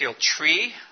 tree